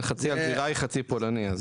חצי אלג'יראי חצי פולני.